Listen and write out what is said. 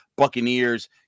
Buccaneers